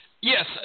Yes